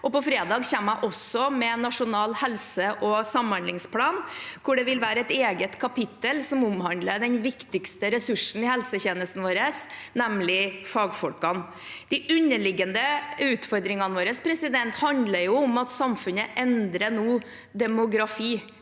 På fredag kommer jeg også med Nasjonal helse- og samhandlingsplan, hvor det vil være et eget kapittel som omhandler den viktigste ressursen i helsetjenesten vår, nemlig fagfolkene. De underliggende utfordringene våre handler om at samfunnet nå endrer demografi.